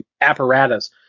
apparatus